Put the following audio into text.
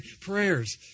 Prayers